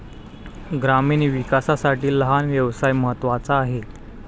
ग्रामीण विकासासाठी लहान व्यवसाय महत्त्वाचा आहे